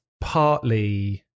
partly